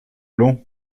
long